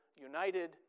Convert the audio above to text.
united